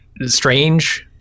strange